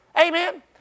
Amen